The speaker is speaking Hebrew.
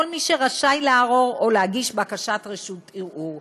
מי שרשאי לערור או להגיש בקשת ערעור.